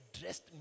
dressed